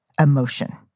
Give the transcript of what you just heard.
emotion